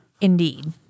Indeed